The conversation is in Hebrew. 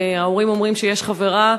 וההורים אומרים שיש חברה,